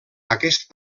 aquest